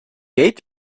gate